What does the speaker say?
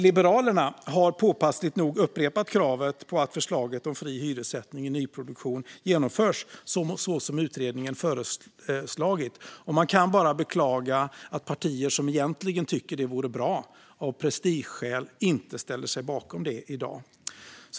Liberalerna har påpassligt nog upprepat kravet på att förslaget om fri hyressättning i nyproduktion genomförs så som utredningen föreslagit. Man kan bara beklaga att partier som egentligen tycker att det vore bra av prestigeskäl inte ställer sig bakom förslaget i dag.